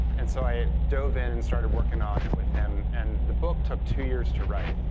and so i dove in and started working on it with him, and the book took two years to write.